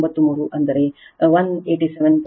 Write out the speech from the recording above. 93 ಅಂದರೆ 187